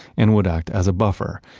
and would act as a buffer,